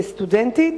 כסטודנטית,